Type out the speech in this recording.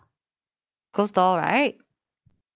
close door right